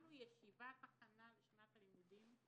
כשקיימנו ישיבת הכנה לשנת הלימודים,